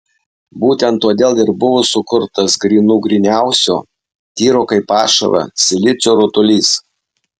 būtent todėl ir buvo sukurtas grynų gryniausio tyro kaip ašara silicio rutulys